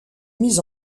mises